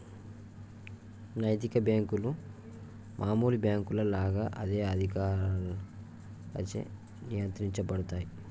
నైతిక బ్యేంకులు మామూలు బ్యేంకుల లాగా అదే అధికారులచే నియంత్రించబడతయ్